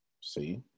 See